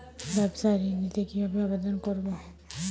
ব্যাবসা ঋণ নিতে কিভাবে আবেদন করব?